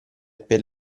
per